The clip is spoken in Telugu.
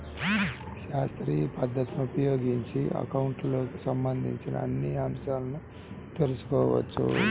శాస్త్రీయ పద్ధతిని ఉపయోగించి అకౌంటింగ్ కి సంబంధించిన అన్ని అంశాలను తెల్సుకోవచ్చు